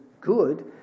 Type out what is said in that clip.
good